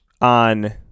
on